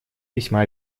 весьма